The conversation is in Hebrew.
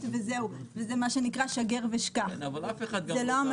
וזה מה שנקרא שגר ושכח - זה לא המצב.